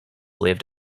lived